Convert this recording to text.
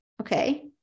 Okay